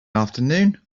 afternoon